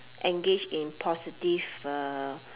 engage in positive uh